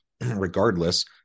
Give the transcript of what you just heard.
regardless